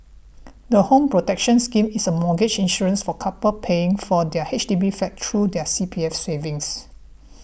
the Home Protection Scheme is a mortgage insurance for couples paying for their H D B flat through their C P F savings